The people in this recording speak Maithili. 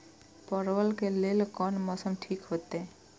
परवल के लेल कोन मौसम ठीक होते?